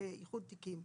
איחוד תיקים.